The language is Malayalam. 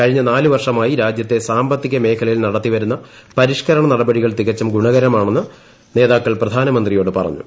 കഴിഞ്ഞ നാലു വർഷമായി രാജ്യത്തെ സാമ്പത്തിക മേഖലയിൽ നടത്തിവരുന്ന പരിഷ്കരണ നടപടികൾ തികച്ചും ഗുണകരമാണെന്ന് നേതാക്കൾ പ്രധാനമന്ത്രിയോട് പറഞ്ഞു